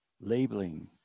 labeling